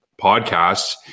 podcasts